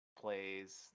plays